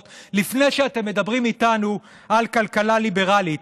שאתם מדברים איתנו על כלכלה ליברלית.